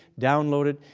download it,